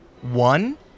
one